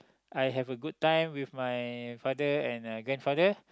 I have a good time with my father and grandfather